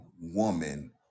woman